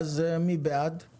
מי בעד קבלת ההסתייגות?